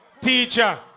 teacher